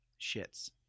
shits